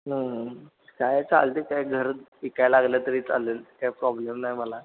हं हं काय चालते काय घर विकाय लागलं तरी चालेल काय प्रॉब्लेम नाही मला